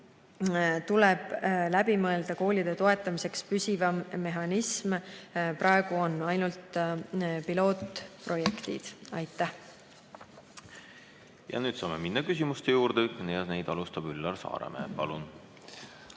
tuleb läbi mõelda koolide toetamiseks püsivam mehhanism, praegu on ainult pilootprojektid. Aitäh! Nüüd saame minna küsimuste juurde, neid alustab Üllar Saaremäe. Palun!